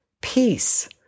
peace